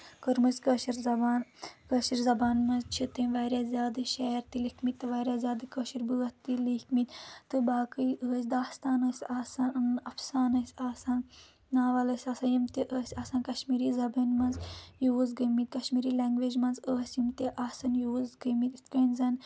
کٔرمٕژ کٲشِر زبان کٲشِر زبان منٛز چھِ تٔمۍ واریاہ زیادٕ شعر تہِ لیکھمٕتۍ تہٕ واریاہ زیادٕ کٲشِر بٲتھ تہِ لیکھمٕتۍ تہٕ باقٕے ٲسۍ داستان ٲسۍ آسن افسان ٲسۍ آسان ناوَل ٲسۍ آسان یِم تہِ ٲسۍ آسان کشمیٖری زَبٲنۍ منٛز یوٗز گٔمٕتۍ کشمیٖری لینٛگویج منٛز ٲسۍ یِم تہِ آسن یوٗز گٔمٕتۍ یِتھ کٔنۍ زَن